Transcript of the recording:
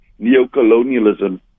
neocolonialism